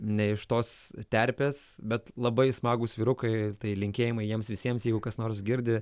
ne iš tos terpės bet labai smagūs vyrukai tai linkėjimai jiems visiems jeigu kas nors girdi